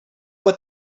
what